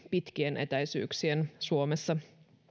pitkien etäisyyksien suomessa